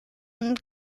und